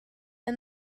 and